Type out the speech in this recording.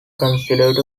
considered